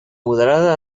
moderada